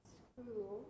school